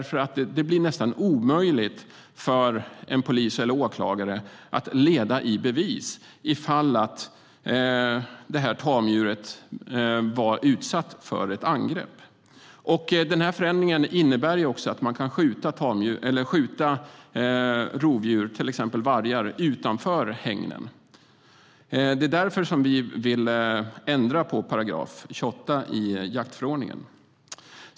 För det blir nästan omöjligt för en polis eller åklagare att leda i bevis att tamdjuret har varit utsatt för ett angrepp. Den här förändringen innebär också att man kan skjuta rovdjur, till exempel vargar, utanför hägnen. Det är därför som vi vill ändra på § 28 i jaktförordningen.